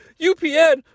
UPN